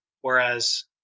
whereas